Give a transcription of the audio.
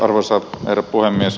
arvoisa herra puhemies